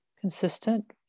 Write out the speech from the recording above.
consistent